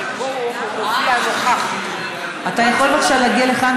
חבר הכנסת חיליק בר, אתה יכול בבקשה להגיע לכאן?